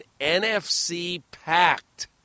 NFC-packed